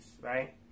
right